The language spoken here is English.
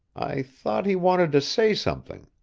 i thought he wanted to say something.